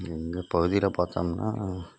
எங்கள் பகுதியில் பார்த்தோம்னா